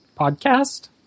podcast